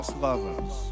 Lovers